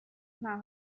ntaho